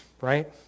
right